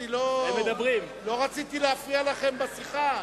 לא רציתי להפריע לכם בשיחה.